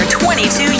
22